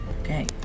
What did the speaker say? Okay